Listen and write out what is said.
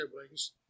siblings